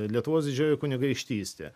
lietuvos didžioji kunigaikštystė